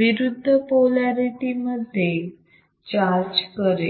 विरुद्ध पोलारिटी मध्ये चार्ज करेल